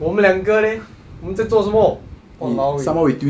我们两个 leh 我们在做什么 !walao! eh